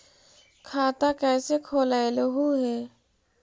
खाता कैसे खोलैलहू हे?